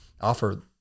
offer